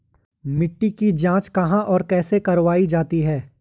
मिट्टी की जाँच कहाँ और कैसे करवायी जाती है?